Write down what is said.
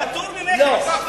פטור ממכס.